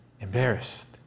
embarrassed